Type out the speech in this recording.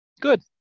Good